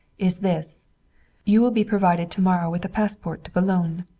is this you will be provided to-morrow with a passport to boulogne.